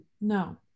No